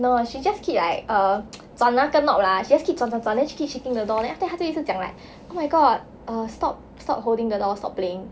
no she just keep like err 转那个 knob 啦 she just keep 转转转 then keep shaking the door then 她就一直讲 oh my god err stop stop holding the door stop playing